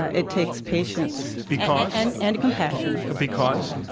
ah it takes patience. because? and and compassion. because?